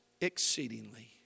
exceedingly